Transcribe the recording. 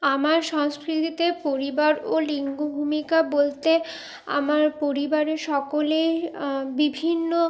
আমার সংস্কৃতিতে পরিবার ও লিঙ্গ ভূমিকা বলতে আমার পরিবারের সকলেই বিভিন্ন